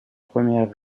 premières